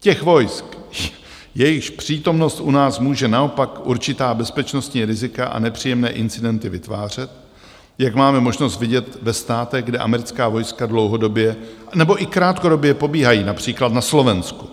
Těch vojsk, jejichž přítomnost u nás může naopak určitá bezpečnostní rizika a nepříjemné incidenty vytvářet, jak máme možnost vidět ve státech, kde americká vojska dlouhodobě nebo i krátkodobě pobývají, například na Slovensku.